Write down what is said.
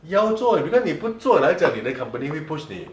要做 because 你不做你的 company 会 push 你